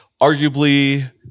arguably